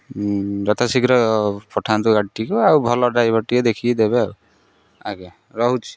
ଯଥାଶୀଘ୍ର ପଠାନ୍ତୁ ଗାଡ଼ିଟିକୁ ଆଉ ଭଲ ଡ୍ରାଇଭର୍ ଟିକିଏ ଦେଖିକି ଦେବେ ଆଉ ଆଜ୍ଞା ରହୁଛି